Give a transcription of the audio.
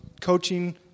coaching